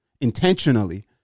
intentionally